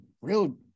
real